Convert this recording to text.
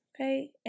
Okay